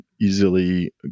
easily